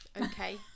Okay